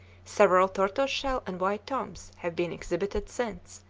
several tortoise-shell and white toms have been exhibited since,